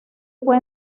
fue